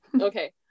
okay